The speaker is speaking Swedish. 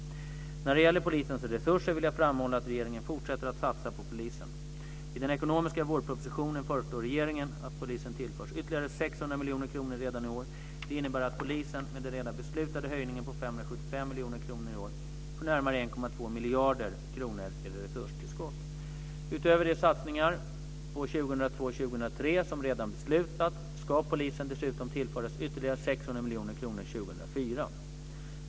När det gäller polisens resurser vill jag framhålla att regeringen fortsätter att satsa på polisen. I den ekonomiska vårpropositionen föreslår regeringen att polisen tillförs ytterligare 600 miljoner kronor redan i år. Det innebär att polisen med den redan beslutade höjningen på 575 miljoner kronor i år får närmare 1,2 miljarder kronor i resurstillskott. Utöver de satsningar för 2002 och 2003 som redan beslutats ska polisen dessutom tillföras ytterligare 600 miljoner kronor 2004.